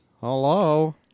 hello